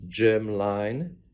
germline